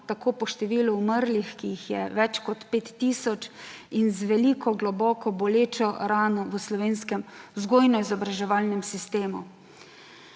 tako po številu umrlih, ki jih je več kot pet tisoč, in z veliko, globoko, bolečo rano v slovenskem vzgojno-izobraževalnem sistemu.